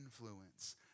influence